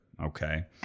Okay